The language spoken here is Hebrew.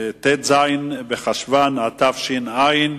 ט"ז בחשוון התש"ע,